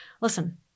Listen